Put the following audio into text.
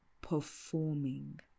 performing